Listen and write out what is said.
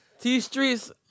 T-Streets